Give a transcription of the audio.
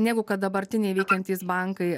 negu kad dabartiniai veikiantys bankai